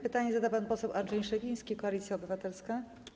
Pytanie zada pan poseł Andrzej Szewiński, Koalicja Obywatelska.